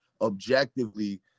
objectively